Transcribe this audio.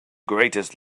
greatest